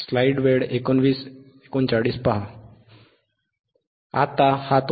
44KHz मिळेल